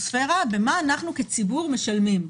לאטמוספרה, ומה אנחנו, כציבור, משלמים.